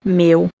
meu